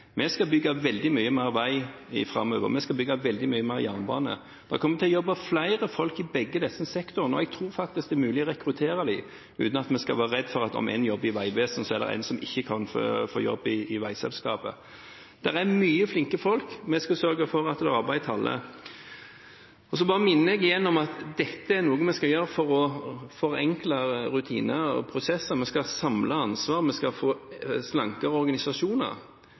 Vi skal bygge veldig mye mer vei framover, og vi skal bygge veldig mye mer jernbane. Det kommer til å jobbe flere folk i begge disse sektorene, og jeg tror faktisk det er mulig å rekruttere dem uten at vi skal være redde for at om én jobber i Vegvesenet, så er det én som ikke kan få jobb i veiselskapet. Det er mange flinke folk. Vi skal sørge for at det er arbeid til alle. Så bare minner jeg igjen om at dette er noe vi skal gjøre for å forenkle rutiner og prosesser. Vi skal samle ansvaret, vi skal få slankere organisasjoner.